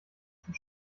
zum